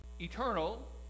eternal